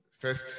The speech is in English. First